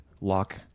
lock